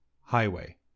highway